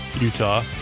Utah